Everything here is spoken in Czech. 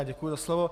Děkuji za slovo.